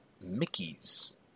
mickey's